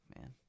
man